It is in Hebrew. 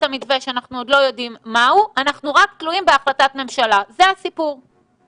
אנחנו מאוד רוצים לשמור על הבריאות שלהם מקורונה ושל החברה כולה,